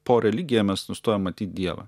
po religija mes nustojam matyt dievą